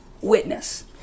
witness